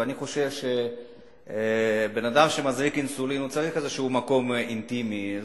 ואני חושב שבן-אדם שמזריק אינסולין צריך איזה מקום אינטימי.